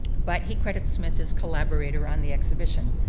but he credits smith as collaborator on the exhibition.